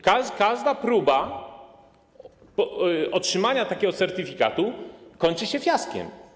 Każda próba otrzymania takiego certyfikatu kończy się fiaskiem.